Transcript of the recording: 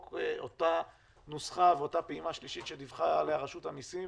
אותה נוסחה ואותה פעימה שלישית שדיווחה עליה רשות המיסים,